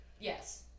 Yes